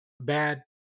Bad